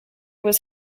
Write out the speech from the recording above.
was